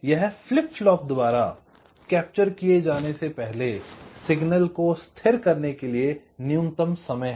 यह flip flop द्वारा कब्जा किए जाने से पहले सिग्नल को स्थिर करने के लिए न्यूनतम समय है